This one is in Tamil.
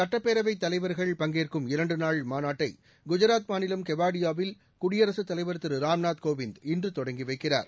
சுட்டப்பேரவைத் தலைவர்கள் பங்கேற்கும் இரண்டு நாள் மாநாட்டை குஜராத் மாநிலம் கெவாடியாவில் குடியரசுத்தலைவர் திரு ராம்நாத் கோவிந்த் இன்று தொடங்கி வைக்கிறார்